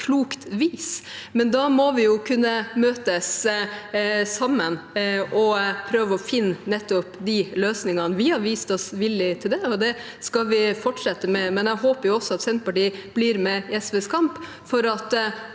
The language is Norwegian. klokt vis. Men da må vi kunne møtes og prøve å finne nettopp de løsningene. Vi har vist oss villige til det, og det skal vi fortsette med. Jeg håper også at Senterpartiet blir med i SVs kamp for at